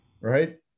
right